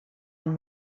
and